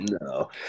no